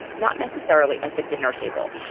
not necessarily at the dinner table,